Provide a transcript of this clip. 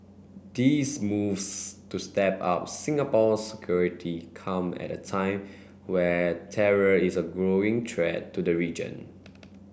these moves to step up Singapore's security come at a time when terror is a growing threat to the region